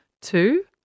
Two